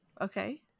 Okay